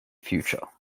future